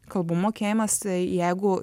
kalbų mokėjimas jeigu